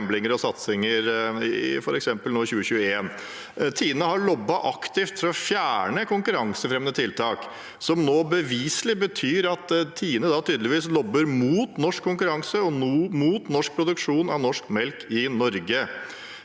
satsinger i f.eks. 2021. Tine har lobbet aktivt for å fjerne konkurransefremmende tiltak, som nå beviselig betyr at Tine tydeligvis lobber mot norsk konkurranse og mot norsk produksjon av norsk melk i Norge.